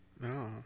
No